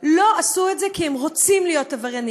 לא עשו את זה כי הם רוצים להיות עבריינים,